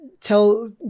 tell